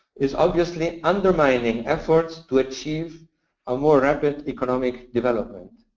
is obviously undermining efforts to achieve a more rapid economic development.